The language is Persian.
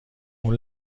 اون